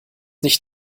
nicht